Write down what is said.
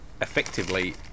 effectively